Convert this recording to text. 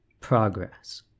progress